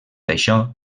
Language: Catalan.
això